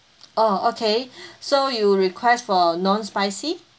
oh okay so you request for non spicy